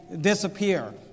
disappear